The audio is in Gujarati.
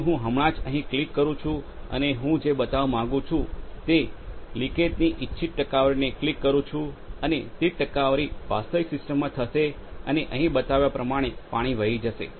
તેથી હું હમણાં જ અહીં ક્લિક કરું છું અને હું જે બતાવવા માંગુ છું તેવા લિકેજની ઇચ્છિત ટકાવારીને ક્લિક કરું છું અને તે જ ટકાવારી વાસ્તવિક સિસ્ટમમાં થશે અને અહીં બતાવ્યા પ્રમાણે પાણી વહી જશે